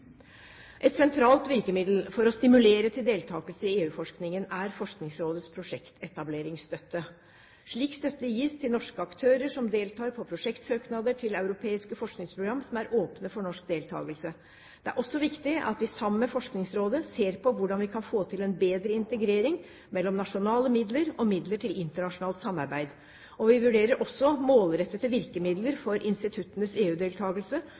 Et sentralt virkemiddel for å stimulere til deltakelse i EU-forskningen er Forskningsrådets prosjektetableringsstøtte. Slik støtte gis til norske aktører som deltar på prosjektsøknader til europeiske forskningsprogram som er åpne for norsk deltakelse. Det er også viktig at vi sammen med Forskningsrådet ser på hvordan vi kan få til en bedre integrering mellom nasjonale midler og midler til internasjonalt samarbeid. Vi vurderer også målrettede virkemidler for instituttenes